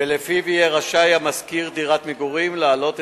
ולפיו יהיה רשאי המשכיר דירת מגורים להעלות